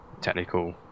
technical